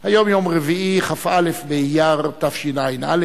רביעי, כ"א באייר התשע"א,